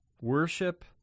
worship